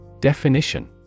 Definition